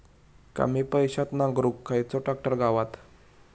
कमी पैशात नांगरुक खयचो ट्रॅक्टर गावात?